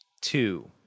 Two